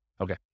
Okay